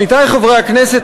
עמיתי חברי הכנסת,